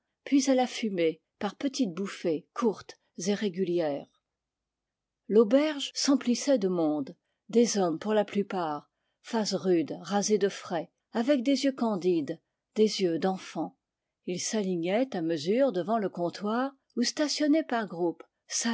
puis à la fumer par petites bouffées courtes et régulières l'auberge s'emplissait de monde des hommes pour la plupart faces rudes rasées de frais avec des yeux candides des yeux d'enfants ils s'alignaient à mesure devant le comptoir ou stationnaient par groupes